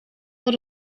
voor